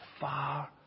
far